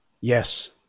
Yes